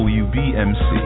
wbmc